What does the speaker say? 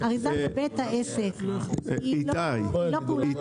אריזה בבית העסק היא לא פעולת ייצור.